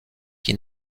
qui